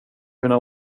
kunna